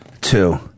Two